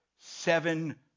Seven